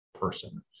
person